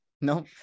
No